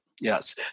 Yes